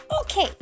okay